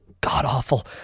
God-awful